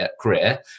career